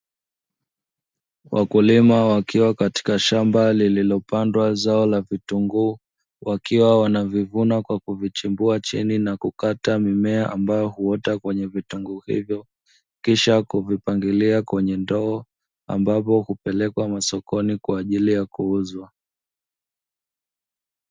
Wakulima wakiwa katika shamba lililopandwa zao la vitunguu, wakiwa wanavivuna kwa kuvichimbua chini na kukata mimea ambayo huota kwenye vitunguu hivyo, kisha kuvipangilia kwenye ndoo, ambapo hupelekwa masokoni kwa ajili ya kuuzwa.